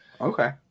Okay